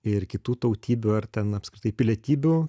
ir kitų tautybių ar ten apskritai pilietybių